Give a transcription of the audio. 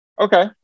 Okay